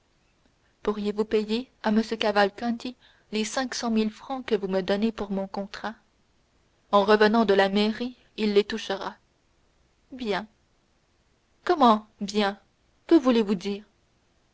pourrez-vous payer à m cavalcanti les cinq cent mille francs que vous me donnez pour mon contrat en revenant de la mairie il les touchera bien comment bien que voulez-vous dire